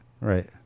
right